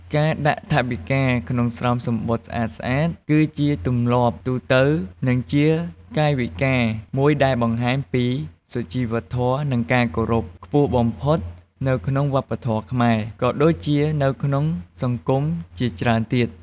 ការដាក់ថវិកាក្នុង ស្រោមសំបុត្រស្អាតៗ គឺជា ទម្លាប់ទូទៅ និងជាកាយវិការមួយដែលបង្ហាញពី សុជីវធម៌ និងការគោរព ខ្ពស់បំផុតនៅក្នុងវប្បធម៌ខ្មែរ ក៏ដូចជានៅក្នុងសង្គមជាច្រើនទៀត។